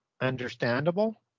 understandable